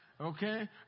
Okay